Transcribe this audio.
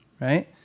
right